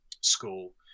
school